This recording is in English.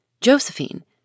Josephine